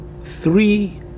three